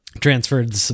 Transferred